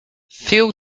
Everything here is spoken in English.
feel